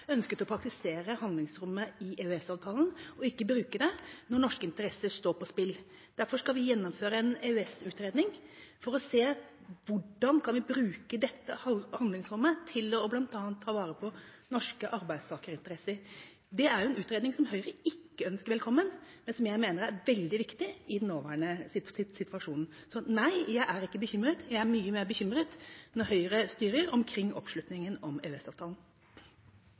ønsket å praktisere handlingsrommet i EØS-avtalen og ikke å bruker det når norske interesser står på spill. Derfor skal vi gjennomføre en EØS-utredning for å se på hvordan vi kan bruke dette handlingsrommet til bl.a. å ta vare på norske arbeidstakerinteresser. Det er en utredning som Høyre ikke ønsker velkommen, men som jeg mener er veldig viktig i den nåværende situasjonen. Så nei, jeg er ikke bekymret. Jeg er mye mer bekymret for oppslutningen om EØS-avtalen når Høyre styrer.